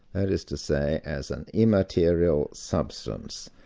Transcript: that is to say, as an immaterial substance.